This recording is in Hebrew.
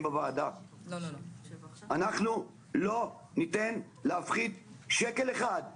בוועדה: אנחנו לא ניתן להפחית שקל אחד.